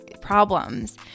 problems